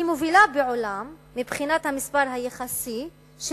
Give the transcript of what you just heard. היא מובילה בעולם מבחינת המספר היחסי של